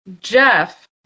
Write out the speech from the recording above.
Jeff